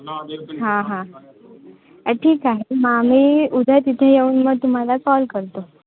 हां हां ठीक आहे मग आम्ही उद्या तिथे येऊन मग तुम्हाला कॉल करतो